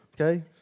Okay